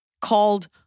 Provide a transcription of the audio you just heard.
Called